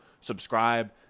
subscribe